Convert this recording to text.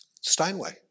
Steinway